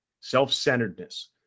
Self-centeredness